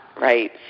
right